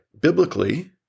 Biblically